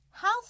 house